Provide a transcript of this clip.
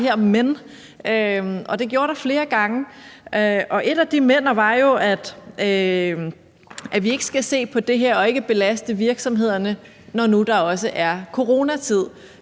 det gjorde der flere gange, og et af de men'er var jo, at vi ikke skal se på det her og ikke belaste virksomhederne, når nu der også er coronatid.